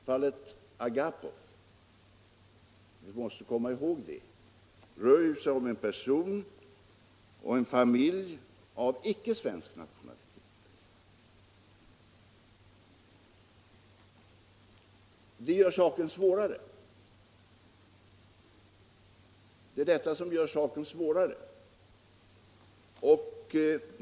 Fallet Agapov — vi måste komma ihåg det — rör sig ju om en person och en familj av icke svensk nationalitet. Det är detta som gör saken svårare.